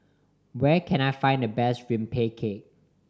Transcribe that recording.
where can I find the best rempeyek